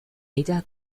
ella